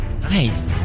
Nice